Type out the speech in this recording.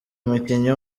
umukinnyi